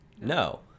No